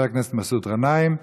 הכנסת מסעוד גנאים.